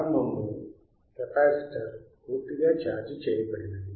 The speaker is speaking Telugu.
ప్రారంభంలో కెపాసిటర్ పూర్తిగా ఛార్జ్ చేయబడినది